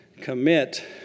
commit